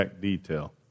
detail